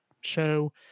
show